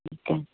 ਠੀਕ ਹੈ